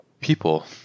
people